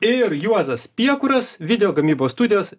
ir juozas piekuras video gamybos studijos